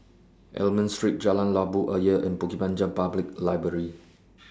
Almond Street Jalan Labu Ayer and Bukit Panjang Public Library